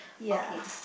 okay